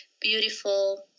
beautiful